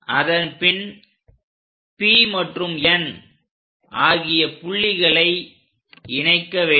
அதன்பின் P மற்றும் N ஆகிய புள்ளிகளை இணைக்க வேண்டும்